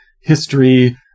history